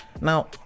Now